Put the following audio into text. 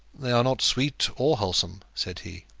they are not sweet or wholesome, said he.